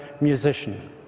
musician